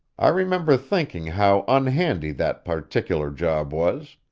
i remember thinking how unhandy that particular job was.